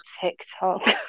TikTok